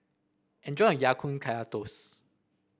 enjoy your Ya Kun Kaya Toast